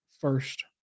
first